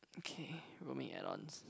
okay roaming add ons